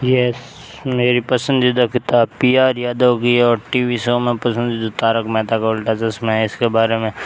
yes मेरी पसंदीदा किताब पी आर यादव वी और टी वी शो में पसंद तारक मेहता का उल्टा चश्मा हैं इसके बारे में